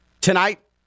tonight